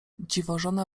dziwożona